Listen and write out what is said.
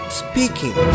speaking